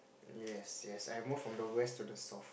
yes yes I move from the west to the south